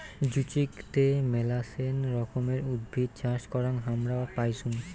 জুচিকতে মেলাছেন রকমের উদ্ভিদ চাষ করাং হামরা পাইচুঙ